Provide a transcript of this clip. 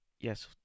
yes